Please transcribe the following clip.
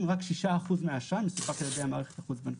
רק 6% מסופק על ידי המערכת החוץ בנקאית.